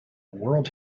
world